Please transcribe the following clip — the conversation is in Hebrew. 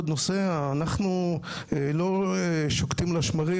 אנחנו לא שוקטים על השמרים,